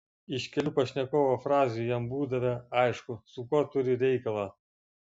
iš kelių pašnekovo frazių jam būdavę aišku su kuo turi reikalą